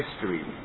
history